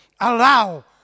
Allow